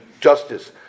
Justice